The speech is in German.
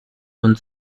uns